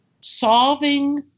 solving